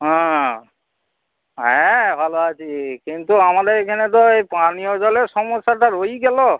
হঁ হ্যাঁ ভালো আছি কিন্তু আমাদের এখানে তো এই পানীয় জলের সমস্যাটা রয়েই গেল